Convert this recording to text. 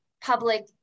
public